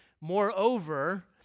moreover